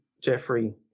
Jeffrey